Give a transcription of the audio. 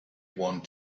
want